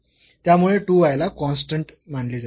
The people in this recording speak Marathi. त्यामुळे 2 y ला कॉन्स्टंट मानले जाईल